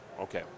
okay